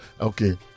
Okay